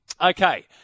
Okay